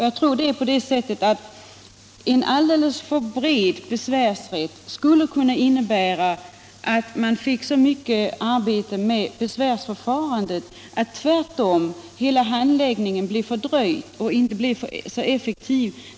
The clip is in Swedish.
Jag tror att en alltför omfattande besvärsrätt skulle kunna innebära så mycket arbete med besvärsförfaranden att hela handläggningen skulle bli fördröjd och därmed inte så effektiv.